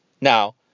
now